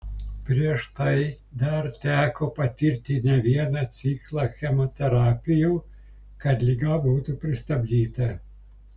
prieš tai dar teko patirti ne vieną ciklą chemoterapijų kad liga būtų pristabdyta